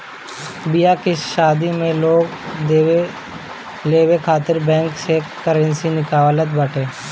बियाह शादी में लोग लेवे देवे खातिर बैंक से करेंसी निकालत बाटे